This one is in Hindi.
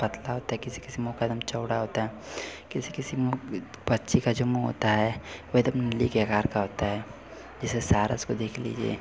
पतला होता है किसी किसी मुख एक दम चौड़ा होता है किसी किसी मुँह के पक्षी का जो मुँह होता है वे एक दम लिह के आकार का होता है जैसे सारस को देख लीजिए